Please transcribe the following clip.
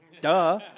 duh